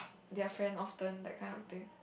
their friend often that kind of thing